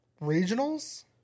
regionals